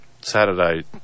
Saturday